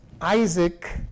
Isaac